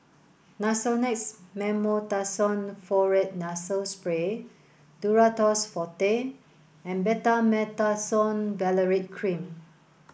Nasonex Mometasone Furoate Nasal Spray Duro Tuss Forte and Betamethasone Valerate Cream